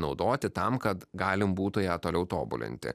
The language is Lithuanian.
naudoti tam kad galim būtų ją toliau tobulinti